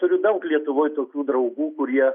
turiu daug lietuvoj tokių draugų kurie